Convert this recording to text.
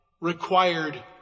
required